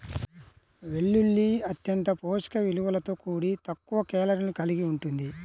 వెల్లుల్లి అత్యంత పోషక విలువలతో కూడి తక్కువ కేలరీలను కలిగి ఉంటుంది